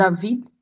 David